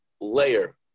layer